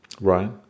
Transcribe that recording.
Right